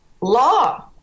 law